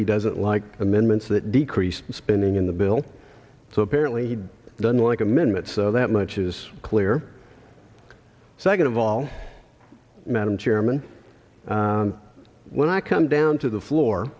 he doesn't like amendments that decreased spending in the bill so apparently he'd done like amendment so that much is clear second of all madam chairman when i come down to the floor